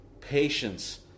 patience